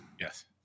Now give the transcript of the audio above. Yes